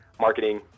marketing